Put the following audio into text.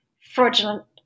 fraudulent